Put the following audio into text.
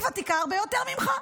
היא ותיקה הרבה יותר ממך.